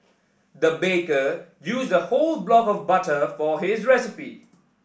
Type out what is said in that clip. the baker used a whole block of butter for this recipe